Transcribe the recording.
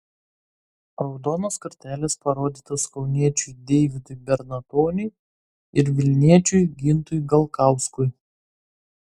raudonos kortelės parodytos kauniečiui deividui bernatoniui ir vilniečiui gintui galkauskui